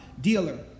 dealer